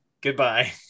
Goodbye